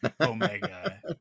omega